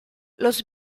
los